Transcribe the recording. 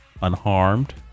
unharmed